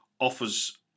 offers